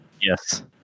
Yes